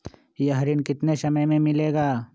यह ऋण कितने समय मे मिलेगा?